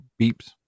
beeps